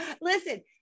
listen